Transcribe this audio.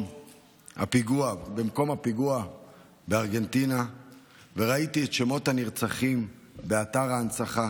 הפיגוע בארגנטינה וראיתי את שמות הנרצחים באתר ההנצחה.